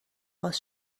باز